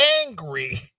angry